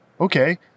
okay